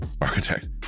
Architect